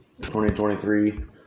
2023